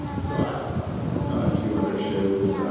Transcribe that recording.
so, i've worked on a few other shows.